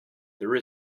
there